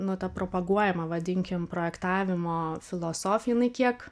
nu ta propaguojama vadinkim projektavimo filosofija jinai kiek